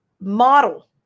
model